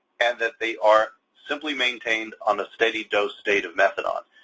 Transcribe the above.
and that they are simply maintained on a steady dose state of methadone.